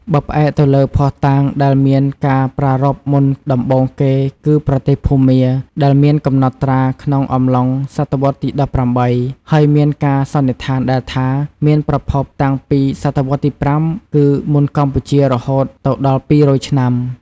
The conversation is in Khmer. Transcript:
បើផ្អែកទៅលើភស្តុតាងដែលមានការប្រារព្ធ មុនដំបូងគេគឺ ប្រទេសភូមា ដែលមានកំណត់ត្រា ក្នុងអំឡុង សតវត្ស ទី១៨ ហើយមានការសន្និដ្ឋានដែលថា មានប្រភពតាំងពី ស.វទី៥ គឺមុនកម្ពុជា រហូតទៅដល់ ២០០ ឆ្នាំ។